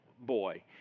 boy